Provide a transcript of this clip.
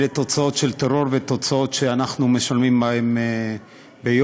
שאלה תוצאות של טרור ותוצאות שאנחנו משלמים עליהן ביוקר.